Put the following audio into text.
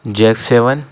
jack seven